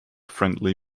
friendly